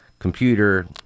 computer